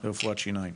לרפואת שיניים.